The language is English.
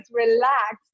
relax